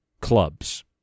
clubs